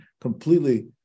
completely